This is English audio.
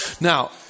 Now